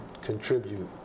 contribute